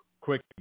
quick